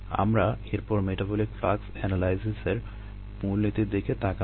আমরা এরপর metabolic flux এনালাইসিসের মূলনীতির দিকে তাকাবো